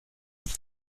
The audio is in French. ceux